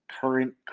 current